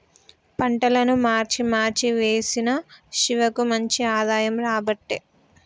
పంటలను మార్చి మార్చి వేశిన శివకు మంచి ఆదాయం రాబట్టే